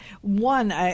one